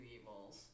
evils